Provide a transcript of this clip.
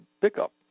pickup